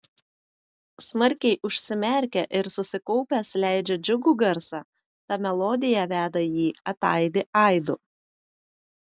smarkiai užsimerkia ir susikaupęs leidžia džiugų garsą ta melodija veda jį ataidi aidu